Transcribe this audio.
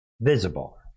visible